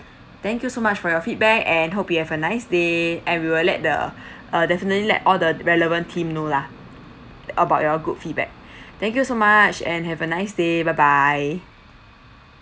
thank you so much for your feedback and hope you have a nice day and we will let the uh definitely let all the relevant team know lah about your good feedback thank you so much and have a nice day bye bye